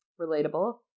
Relatable